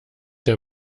der